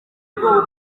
ubwoba